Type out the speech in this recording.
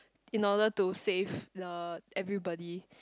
in order to save the everybody